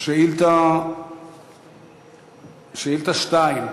שאילתה מס' 2,